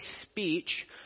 speech